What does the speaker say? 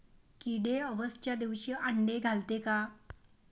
किडे अवसच्या दिवशी आंडे घालते का?